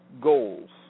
goals